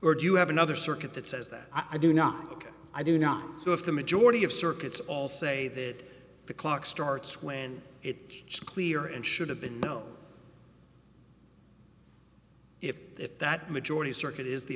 or do you have another circuit that says that i do not like i do not so if the majority of circuits all say that the clock starts when it is clear and should have been if that majority circuit is the